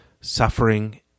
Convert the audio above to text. suffering